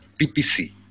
PPC